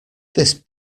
this